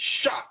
shot